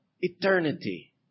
eternity